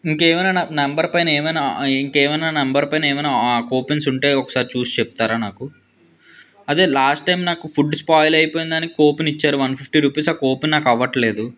ఇంకేవైనా నా నంబర్ పైన ఏవైనా ఇంకేవైనా నా నంబర్ పైన కూపన్స్ ఉంటే ఒకేసారి చూసి చెప్తారా నాకు అదే లాస్ట్ టైం నాకు ఫుడ్ స్పాయిల్ అయిపోయిందని కూపన్ ఇచ్చారు వన్ ఫిఫ్టీ రుపీస్ ఆ కూపన్ నాకు అవ్వటం లేదు